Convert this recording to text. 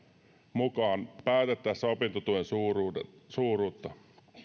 mukaan päätettäessä opintotuen suuruudesta suuruudesta